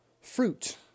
fruit